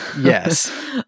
Yes